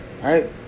Right